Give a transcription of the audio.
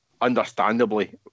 understandably